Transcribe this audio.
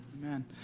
Amen